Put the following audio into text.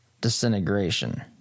Disintegration